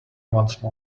once